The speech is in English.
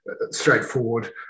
straightforward